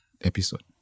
episode